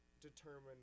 determine